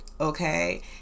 Okay